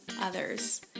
others